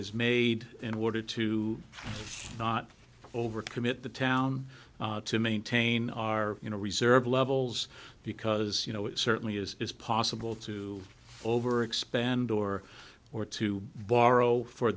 is made in order to not overcommit the town to maintain our you know reserve levels because you know it certainly is possible to over expand or or to borrow for